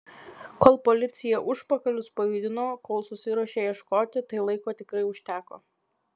kol policija užpakalius pajudino kol susiruošė ieškoti tai laiko tikrai užteko